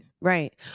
right